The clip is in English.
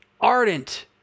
ardent